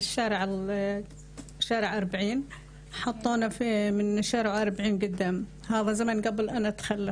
לא, תדברי בערבית ואני אתרגם אותך.